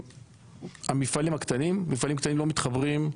המפעלים הקטנים, מפעלים קטנים לא מתחברים.